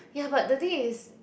yah but the thing is